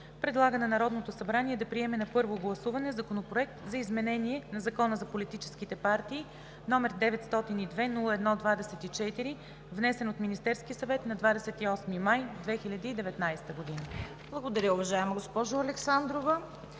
предлага на Народното събрание да приеме на първо гласуване Законопроект за изменение на Закона за политическите партии, № 902-01-24, внесен от Министерския съвет на 28 май 2019 г.“ ПРЕДСЕДАТЕЛ ЦВЕТА КАРАЯНЧЕВА: Благодаря, уважаема госпожо Александрова.